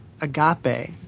agape